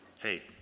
hey